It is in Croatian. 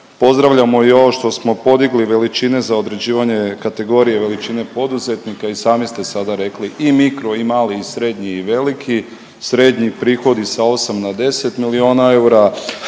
Pozdravljamo i ovo što smo podigli veličine za određivanje kategorije veličine poduzetnika. I sami ste sada rekli i mi mikro i mali i srednji i veliki, srednji prihodi sa 8 na 10 milijona eura,